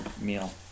meal